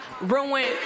ruined